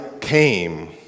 came